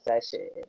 session